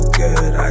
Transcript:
good